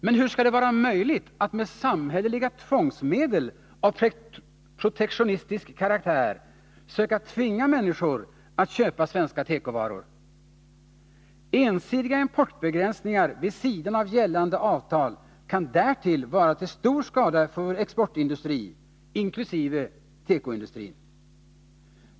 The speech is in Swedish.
Men hur skall det vara möjligt att med samhälleliga tvångsmedel av protektionistisk karaktär tvinga människor att köpa svenska tekovaror? Ensidiga importbegränsningar vid sidan av gällande avtal kan därtill vara till stor skada för vår exportindustri, inklusive tekoindustrin.